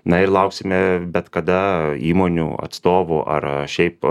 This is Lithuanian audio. na ir lauksime bet kada įmonių atstovų ar šiaip